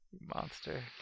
Monster